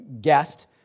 Guest